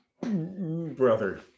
Brother